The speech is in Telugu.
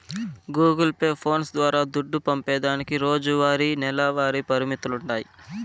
గూగుల్ పే, ఫోన్స్ ద్వారా దుడ్డు పంపేదానికి రోజువారీ, నెలవారీ పరిమితులుండాయి